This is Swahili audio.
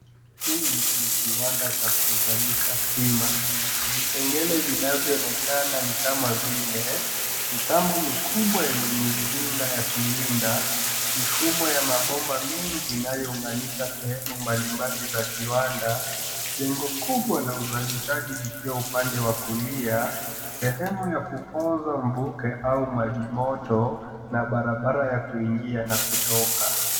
Hii ni kiwanda cha kuzalisha stima. Vipengele vinavyoonekana ni kama vile mitambo mikubwa yenye mizinga ya silinda, mifumo ya mabomba nyingi inayounganisha sehemu mbalimbali za kiwanda, jengo kubwa la uzalishaji ikiwa upande wa kulia, sehemu ya kupoza mvuke au maji moto na barabara ya kuingia na kutoka.